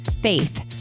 faith